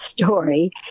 story